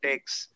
Takes